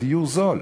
הדיור זול: